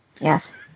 Yes